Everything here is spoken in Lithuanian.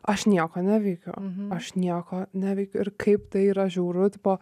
aš nieko neveikiu aš nieko neveikiu ir kaip tai yra žiauru tipo